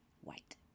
white